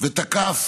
ותקף